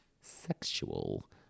sexual